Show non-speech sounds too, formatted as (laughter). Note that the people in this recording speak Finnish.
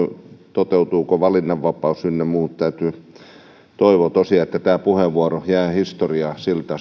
toteutuvatko valinnanvapaus ynnä muut täytyy toivoa tosiaan että tämä puheenvuoro jää historiaan siltä (unintelligible)